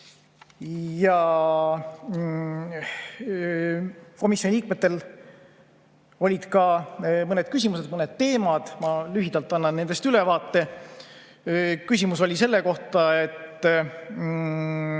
Komisjoni liikmetel olid talle mõned küsimused mõnel teemal, ma lühidalt annan nendest ülevaate. Küsimus oli selle kohta, miks